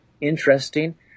interesting